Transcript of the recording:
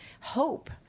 hope